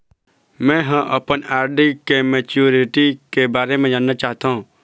में ह अपन आर.डी के मैच्युरिटी के बारे में जानना चाहथों